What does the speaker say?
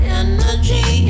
energy